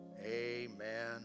amen